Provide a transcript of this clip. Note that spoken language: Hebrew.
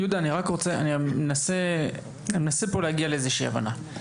יהודה, אני מנסה פה להגיע לאיזושהי הבנה.